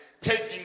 taking